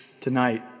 tonight